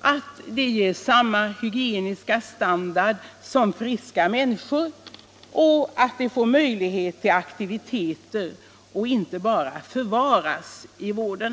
att de ges samma hygieniska standard som friska människor och att de får möjlighet till aktiviteter, så att de inte bara ”förvaras” i vården.